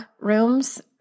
rooms